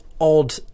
odd